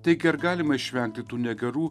taigi ar galima išvengti tų negerų